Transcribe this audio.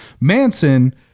Manson